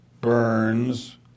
Burns